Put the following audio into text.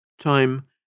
Time